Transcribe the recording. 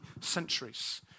centuries